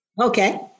okay